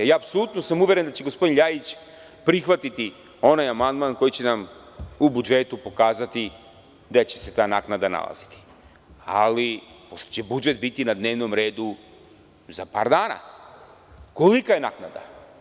Apsolutno sam uveren da će gospodin Ljajić prihvatiti onaj amandman koji će nam u budžetu pokazati gde će se ta naknada nalaziti, ali pošto će budžet biti na dnevnom redu za par dana, kolika je naknada?